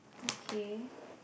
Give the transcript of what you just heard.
okay